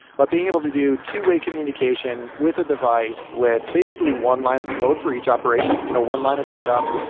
but being able to do two-way communication with a device with basically one line of code for each operation, you know one line of set up,